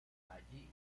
allí